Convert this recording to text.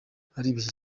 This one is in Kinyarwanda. aribeshya